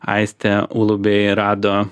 aistė ulubėj rado